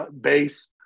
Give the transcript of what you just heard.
base